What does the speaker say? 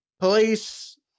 Police